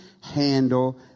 handle